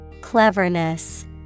Cleverness